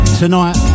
tonight